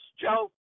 Joe